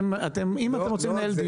אם אתם רוצים אני מוכן לפתוח